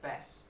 best